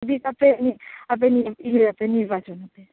ᱟᱯᱮ ᱤᱭᱟ ᱟᱯᱮ ᱱᱤᱨᱵᱟᱪᱚᱱᱟᱯᱮ